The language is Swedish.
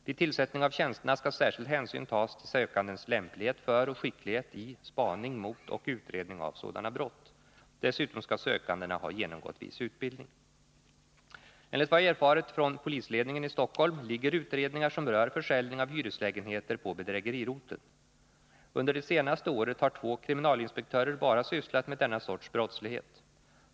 Vid tillsättning av tjänsterna skall särskild hänsyn tas till sökandens lämplighet för och skicklighet i spaning mot och utredning av sådana brott. Dessutom skall sökandena ha genomgått viss utbildning. Enligt vad jag har erfarit från polisledningen i Stockholm ligger utredningar som rör försäljning av hyreslägenheter på bedrägeriroteln. Under det senaste året har två kriminalinspektörer sysslat enbart med denna sorts brottslighet.